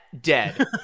dead